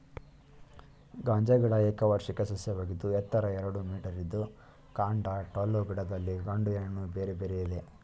ಗಾಂಜಾ ಗಿಡ ಏಕವಾರ್ಷಿಕ ಸಸ್ಯವಾಗಿದ್ದು ಎತ್ತರ ಎರಡು ಮೀಟರಿದ್ದು ಕಾಂಡ ಟೊಳ್ಳು ಗಿಡದಲ್ಲಿ ಗಂಡು ಹೆಣ್ಣು ಬೇರೆ ಬೇರೆ ಇದೆ